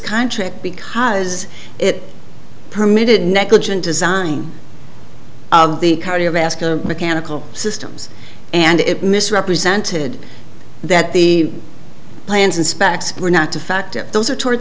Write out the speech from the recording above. contract because it permitted negligent design of the cardiovascular mechanical systems and it misrepresented that the plans and specs were not to fact those are toward